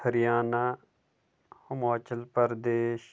Haryana Himachal Pradesh